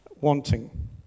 wanting